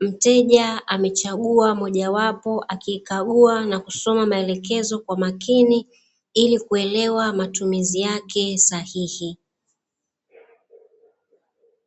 mteja amechagua moja wapo akikagua na kusoma maelekezo kwa umakini ilikuelewa matumizi yake sahihi.